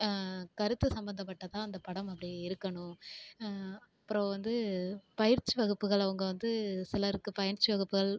கருத்து சம்மந்தப்பட்டதாக அந்த படம் அப்படி இருக்கணும் அப்புறம் வந்து பயிற்சி வகுப்புகள் அவங்க வந்து சிலருக்கு பயிற்சி வகுப்புகள்